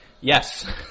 Yes